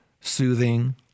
soothing